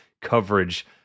coverage